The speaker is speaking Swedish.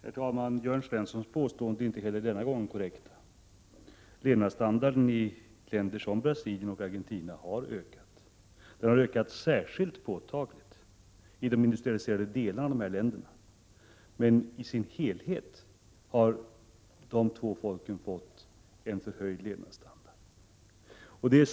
Herr talman! Jörn Svenssons påståenden är inte heller denna gång korrekta. Levnadsstandarden i länder som Brasilien och Argentina har ökat. Den har ökat särskilt påtagligt i de industrialiserade delarna av dessa länder. I sin helhet har de två folken fått en förhöjd levnadsstandard.